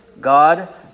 God